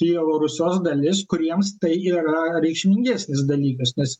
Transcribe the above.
kijevo rusios dalis kuriems tai yra reikšmingesnis dalykas nes